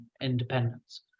independence